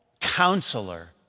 counselor